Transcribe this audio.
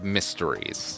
Mysteries